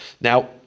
Now